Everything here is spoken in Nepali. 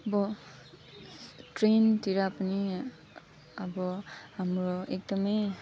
अब ट्रेनतिर पनि अब हाम्रो एकदमै